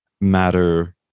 matter